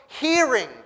hearing